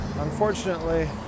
unfortunately